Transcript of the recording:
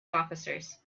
officers